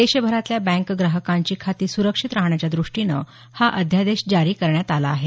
देशभरातल्या बँक ग्राहकांची खाती सुरक्षित राहण्याच्या दृष्टीनं हा अध्यादेश जारी करण्यात आला आहे